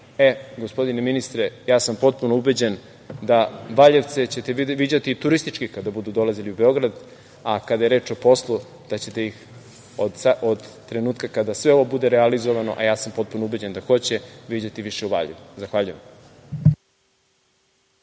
evra. Gospodine ministre, ja sam potpuno ubeđen da ćete Valjevce viđati turistički kada budu dolazili u Beograd, a kada je reč o poslu, od trenutka kada sve ovo bude realizovano, a ja sam potpuno ubeđen da hoće, viđaćete ih više u Valjevu. Zahvaljujem.